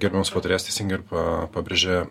gerbiamas patarėjas teisingai ir pa pabrėžė